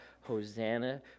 Hosanna